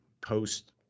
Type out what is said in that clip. post-